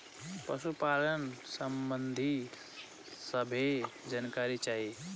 पशुपालन सबंधी सभे जानकारी चाही?